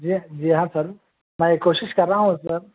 جی ہاں جی ہاں سر میں کوشش کر رہا ہوں سر